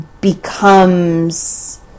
becomes